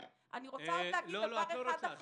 אני רוצה להגיד דבר אחד אחרון.